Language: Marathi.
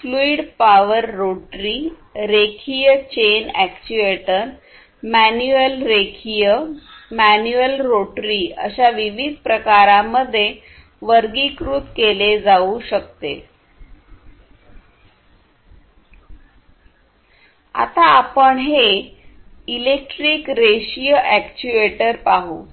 फ्लूईड पॉवर रोटरी रेखीय चेन अॅक्ट्यूएटर मॅन्युअल रेखीय मॅन्युअल रोटरी अशा विविध प्रकारांमध्ये वर्गीकृत केले जाऊ शकते आता आपण हे इलेक्ट्रिक रेषीय अॅक्ट्यूएटर पाहू